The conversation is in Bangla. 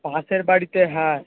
পাঁশের বাড়িতে হ্যাঁ